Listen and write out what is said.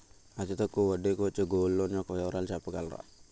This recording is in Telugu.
అతి తక్కువ వడ్డీ కి వచ్చే గోల్డ్ లోన్ యెక్క వివరాలు చెప్పగలరా?